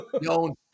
No